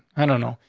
i don't know.